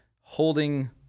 holding